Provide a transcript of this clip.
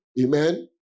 Amen